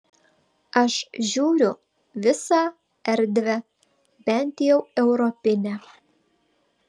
aš žiūriu visą erdvę bent jau europinę